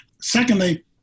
Secondly